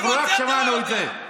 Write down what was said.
אפילו את זה אתה לא יודע.